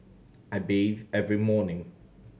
I bathe every morning